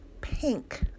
pink